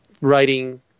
writing